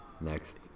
Next